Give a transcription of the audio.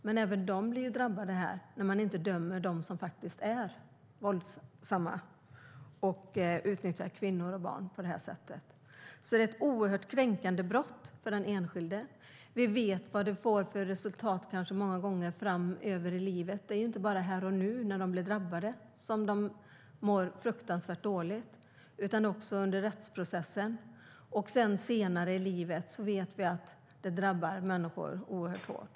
Men även de blir drabbade när man inte dömer dem som faktiskt är våldsamma och utnyttjar kvinnor och barn på det här sättet. Det är ett oerhört kränkande brott för den enskilde. Vi vet vad det många gånger får för resultat framöver i livet. Det är inte bara här och nu, när de blir drabbade, som de mår fruktansvärt dåligt. Det gör de också under rättsprocessen. Och vi vet att det senare i livet drabbar människor oerhört hårt.